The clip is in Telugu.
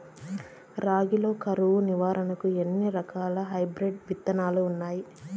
రాగి లో కరువు నివారణకు ఎన్ని రకాల హైబ్రిడ్ విత్తనాలు ఉన్నాయి